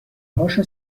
هاشو